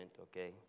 okay